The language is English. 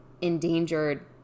endangered